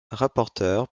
rapporteure